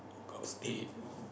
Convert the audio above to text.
got stain